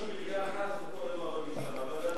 לא,